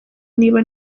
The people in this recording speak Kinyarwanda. niba